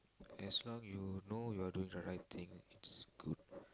as long you know you're doing the right thing it's good